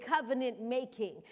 covenant-making